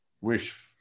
wish